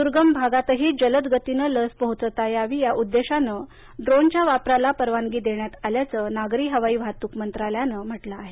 दुर्गम भागातही जलद गतीनं लस पोहोचवता यावी या उद्देशानं याला परवानगी देण्यात आल्याचं नागरी हवाई वाहतूक मंत्रालयानं म्हटलं आहे